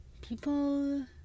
people